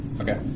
Okay